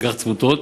אג"ח צמותות,